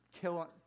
kill